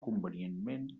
convenientment